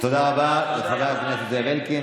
תודה רבה לחבר הכנסת זאב אלקין.